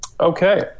Okay